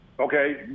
Okay